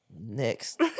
next